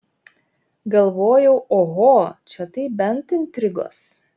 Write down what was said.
galvojau oho čia tai bent intrigos